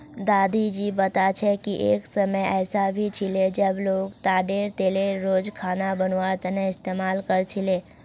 दादी जी बता छे कि एक समय ऐसा भी छिले जब लोग ताडेर तेलेर रोज खाना बनवार तने इस्तमाल कर छीले